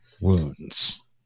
wounds